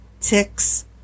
ticks